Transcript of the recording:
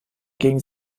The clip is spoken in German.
ging